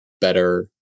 better